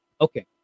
Okay